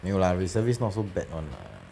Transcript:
没有 lah reservist not so bad [one] lah